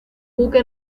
buque